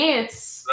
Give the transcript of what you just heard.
it's-